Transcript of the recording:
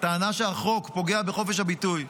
טענה שהחוק פוגע בחופש הביטוי,